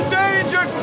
danger